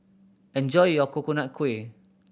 enjoy your Coconut Kuih